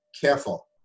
careful